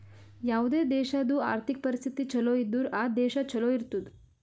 ಯಾವುದೇ ದೇಶಾದು ಆರ್ಥಿಕ್ ಪರಿಸ್ಥಿತಿ ಛಲೋ ಇದ್ದುರ್ ಆ ದೇಶಾ ಛಲೋ ಇರ್ತುದ್